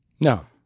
No